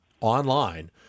online